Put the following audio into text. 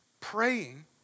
Praying